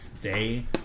day